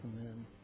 Amen